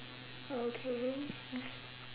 okay